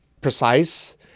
precise